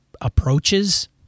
approaches